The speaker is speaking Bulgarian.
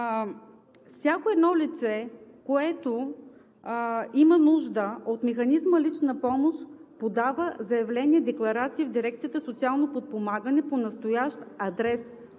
Всяко едно лице, което има нужда от механизма „лична помощ“, подава заявление-декларация в дирекцията „Социално подпомагане“ по настоящ адрес.